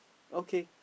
okay